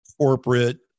corporate